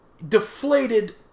Deflated